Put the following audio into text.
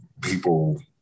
people